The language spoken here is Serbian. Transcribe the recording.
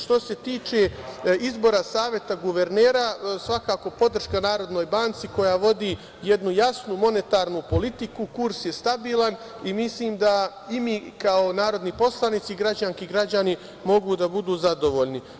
Što se tiče izbora Saveta guvernera, svakako podrška Narodnoj banci, koja vodi jednu jasnu monetarnu politiku, kurs je stabilan i mislim da mi kao narodni poslanici, građanke i građani, mogu da budu zadovoljni.